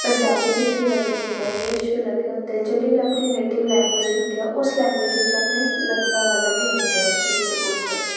ਪੰਜਾਬੀ ਵਿੱਚ ਵੀ ਲੱਗੇ ਹੁੰਦੇ ਇੰਗਲਿਸ਼ 'ਚ ਵੀ ਲੱਗੇ ਹੁੰਦੇ ਜਿਹੜੀ ਵੀ ਆਪਣੀ ਨੇਟਿਵ ਲੈਂਗੁਏਜ ਹੁੰਦੀ ਆ ਉਸ ਲੈਂਗੁਏਜ ਵਿੱਚ ਆਪਣੇ ਲਗ ਲੱਗੇ ਹੁੰਦੇ ਆ ਉਸ ਚੀਜ਼ ਦੇ ਪੋਸਟਰਸ